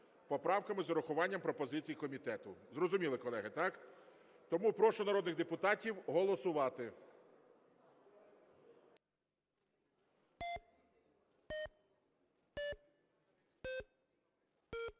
поправками, з урахуванням пропозицій комітету. Зрозуміли, колеги, так? Тому прошу народних депутатів голосувати.